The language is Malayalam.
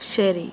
ശരി